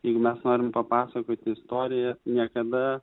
jeigu mes norim papasakoti istoriją niekada